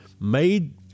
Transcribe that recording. made